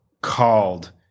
called